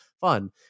fun